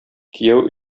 кияү